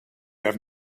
have